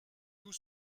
tout